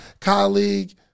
colleague